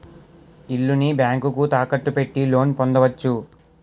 ఇల్లుని బ్యాంకుకు తాకట్టు పెట్టి లోన్ పొందవచ్చు